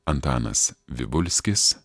antanas vivulskis